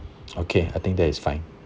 okay I think that is fine